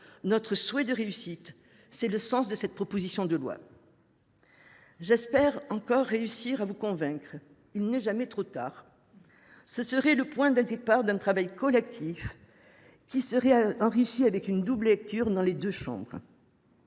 nos souhaits de réussite. C’est le sens de cette proposition de loi. J’espère encore réussir à vous convaincre. Il n’est jamais trop tard ! Ce serait le point de départ d’un travail collectif qui serait enrichi par une double lecture dans les deux chambres.